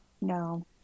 No